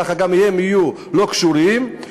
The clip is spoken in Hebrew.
ככה גם הם יהיו לא קשורים,